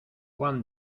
juan